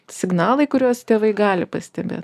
signalai kuriuos tėvai gali pastebėt